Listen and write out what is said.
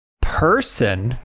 person